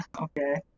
Okay